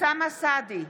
אוסאמה סעדי,